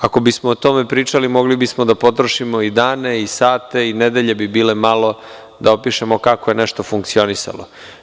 Ako bismo o tome pričali mogli bismo da potrošimo i dane i sate i nedelje i bilo bi malo da opišemo kako je nešto funkcionisalo.